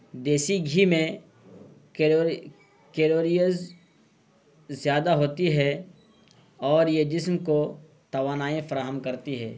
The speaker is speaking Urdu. دیسی گھی میں کیلوریئز زیادہ ہوتی ہے اور یہ جسم کو توانائی فراہم کرتی ہے